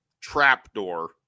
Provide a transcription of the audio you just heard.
Trapdoor